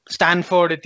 Stanford